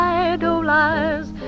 idolize